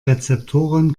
rezeptoren